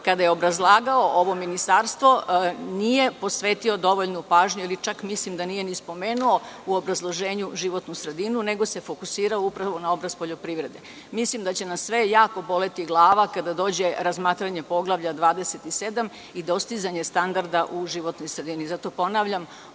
kada je obrazlagao ovo ministarstvo, nije posvetio dovoljnu pažnju ili čak mislim da nije ni spomenuo u obrazloženju životnu sredinu, nego se fokusirao upravo na oblast poljoprivrede. Mislim da će nas sve jako boleti glava kada dođe razmatranje Poglavlja 27 i dostizanje standarda u životnoj sredini. Zato ponavljam,